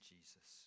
Jesus